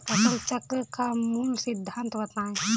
फसल चक्र का मूल सिद्धांत बताएँ?